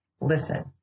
listen